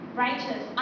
righteous